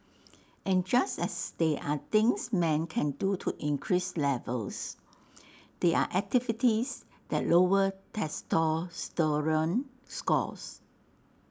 and just as there are things men can do to increase levels there are activities that lower testosterone scores